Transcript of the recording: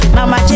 Mama